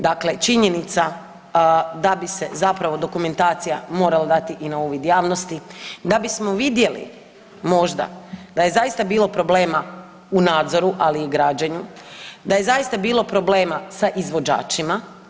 Dakle, činjenica da bi se zapravo dokumentacija morala dati i na uvid javnosti, da bismo vidjeli možda da je zaista bilo problema u nadzoru, ali i građenju, da je zaista bilo problema sa izvođačima.